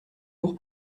lourd